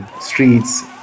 streets